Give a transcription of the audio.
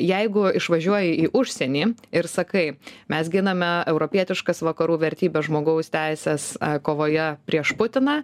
jeigu išvažiuoji į užsienį ir sakai mes giname europietiškas vakarų vertybes žmogaus teises kovoje prieš putiną